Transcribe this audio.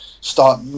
start